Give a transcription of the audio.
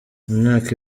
imyaka